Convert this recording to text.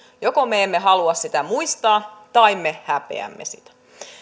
joko me emme halua sitä muistaa tai me häpeämme sitä